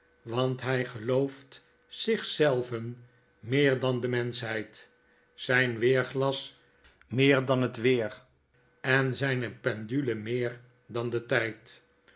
want hij gelooft zich zelven meer dan de menschheid zijn weerglas meer dan het weer enzijnependule meer dan den tijd